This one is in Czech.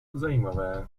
zajímavé